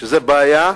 שזו בעיה,